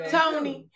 Tony